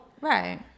Right